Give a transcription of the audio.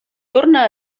torne